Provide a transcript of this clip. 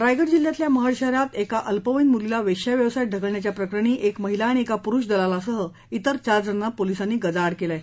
रायगड जिल्ह्यातल्या महाड शहरात एका अल्पवयीन मुलीला वेश्याव्यवसायात ढकलण्याच्या प्रकरणी एक महिला आणि एका पुरूष दलालासह अन्य चार जणांना पोलिसांनी गजाआड केलं आहे